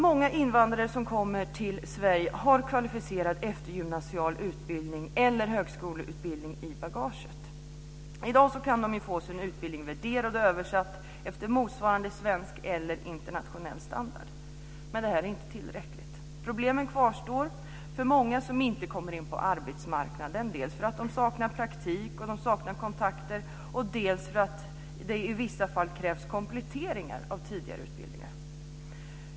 Många invandrare som kommer till Sverige har kvalificerad eftergymnasial utbildning eller högskoleutbildning i bagaget. De kan numera få sin utbildning värderad enligt tillämplig svensk eller internationell standard, men det är inte tillräckligt. Problemen kvarstår för många som inte kommer in på arbetsmarknaden, dels för att de saknar praktik och kontakter, dels för att det i vissa fall krävs kompletteringar av tidigare utbildningar.